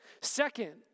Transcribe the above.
Second